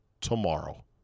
tomorrow